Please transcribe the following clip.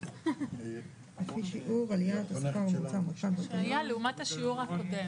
עלייה לעומת השיעור הקודם,